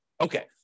Okay